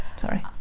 Sorry